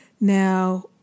Now